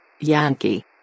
Yankee